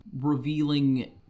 revealing